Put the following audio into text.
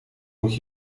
moet